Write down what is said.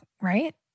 right